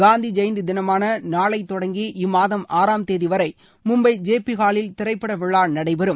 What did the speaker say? காந்தி ஜெயந்தி தினமான நாளை தொடங்கி இம்மாதம் ஆறாம் தேதிவரை மும்பை ஜே பி ஹாலில் திரைப்பட விழா நடைபெறும்